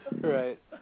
Right